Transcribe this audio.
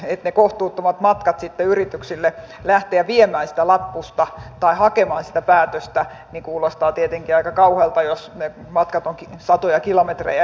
ne kohtuuttomat matkat yrityksille lähteä viemään sitä lappusta tai hakemaan sitä päätöstä kuulostavat tietenkin aika kauhealta jos ne matkat ovat satoja kilometrejä